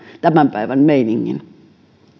tämän päivän meiningin